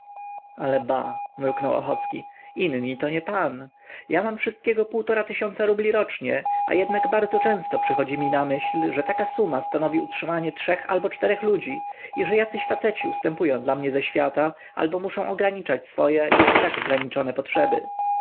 ba mruknął ochocki inni to nie pan ja mam wszystkiego półtora tysiąca rubli rocznie a jednak bardzo często przychodzi mi na myśl że taka suma stanowi utrzymanie trzech albo czterech ludzi i że jacyś faceci ustępują dla mnie ze świata albo muszą ograniczać swoje już i tak ograniczone potrzeby